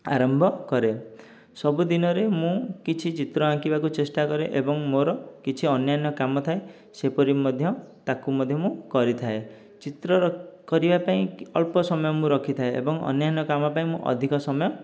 ଆରମ୍ଭ କରେ ସବୁଦିନରେ ମୁଁ କିଛି ଚିତ୍ର ଆଙ୍କିବାକୁ ଚେଷ୍ଟା କରେ ଏବଂ ମୋର କିଛି ଅନ୍ୟାନ୍ୟ କାମ ଥାଏ ସେପରି ମଧ୍ୟ ତାକୁ ମଧ୍ୟ ମୁଁ କରିଥାଏ ଚିତ୍ରର କରିବାପାଇଁ ଅଳ୍ପ ସମୟ ମୁଁ ରଖିଥାଏ ଏବଂ ଅନ୍ୟାନ୍ୟ କାମପାଇଁ ମୁଁ ଅଧିକ ସମୟ